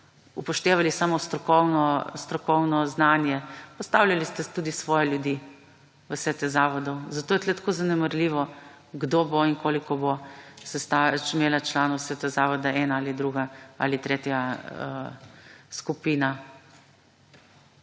upoštevali samo strokovno znanje. Postavljali ste tudi svoje ljudi v vse te zavode. Zato je tukaj tako zanemarljivo, kdo bo in koliko bo imela članov sveta zavoda ena ali drug ali tretja skupina.